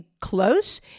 close